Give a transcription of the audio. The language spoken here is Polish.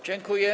Dziękuję.